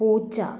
പൂച്ച